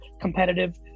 competitive